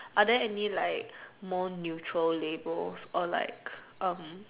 are there any like more neutral labels or like um